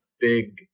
big